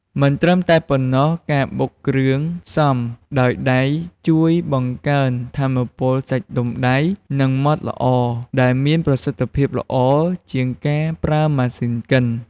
មិនត្រឹមតែប៉ុណ្ណោះការបុកគ្រឿងផ្សំដោយដៃជួយបង្កើនថាមពលសាច់ដុំដៃ និងម៉ដ្ឋល្អដែលមានប្រសិទ្ធភាពល្អជាងការប្រើម៉ាស៊ីនកិន។